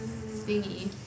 Thingy